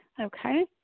Okay